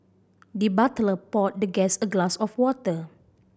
the butler poured the guest a glass of water